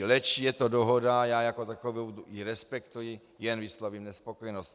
Leč je to dohoda a já jako takovou ji respektuji, jen vyslovím nespokojenost.